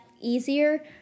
easier